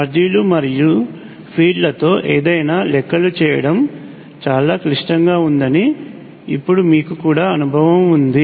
ఛార్జీలు మరియు ఫీల్డ్లతో ఏదైనా లెక్కలు చేయడం చాలా క్లిష్టంగా ఉందని ఇప్పుడు మీకు కూడా అనుభవం ఉంది